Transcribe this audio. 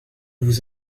vous